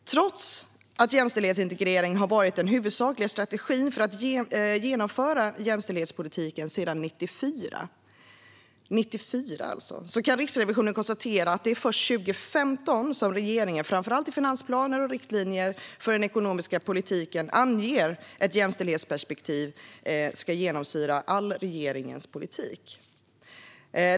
Trots att jämställdhetsintegrering har varit den huvudsakliga strategin för att genomföra jämställdhetspolitiken sedan 1994 kan Riksrevisionen konstatera att regeringen först från 2015, framför allt i finansplaner och riktlinjer för den ekonomiska politiken, anger att ett jämställdhetsperspektiv ska genomsyra all regeringens politik.